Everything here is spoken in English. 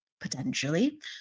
potentially